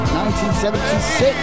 1976